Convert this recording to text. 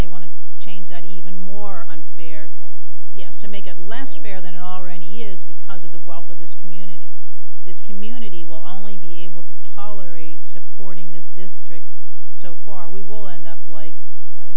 they want to change that even more unfair yes to make it less fair than it already is because of the wealth of this community this community will only be able to tolerate supporting this district so far we will end up like